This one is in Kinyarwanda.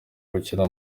gukina